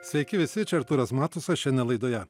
sveiki visi čia artūras matusas šiandien laidoje